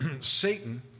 Satan